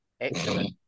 Excellent